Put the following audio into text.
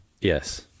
Yes